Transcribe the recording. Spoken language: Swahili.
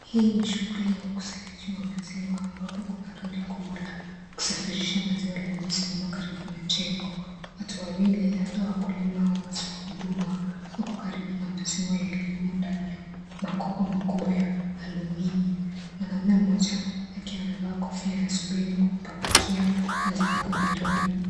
Hii ni shughuli ya ukusanyaji wa maziwa ambapo kuna lori kubwa la kusafirisha maziwa lililosimama karibu na jengo , watu wawili labda wakulima au watu wa huduma wako karibu na maziwa yaliyomo ndani ya makopo makubwa ya alumini mwanaume mmoja akiwa amevaa kofia anasubiri kupakia maziwa kwenye lori